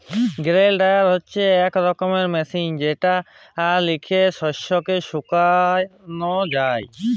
grain dryer হছে ইক রকমের মেশিল যেট লিঁয়ে শস্যকে শুকাল যায়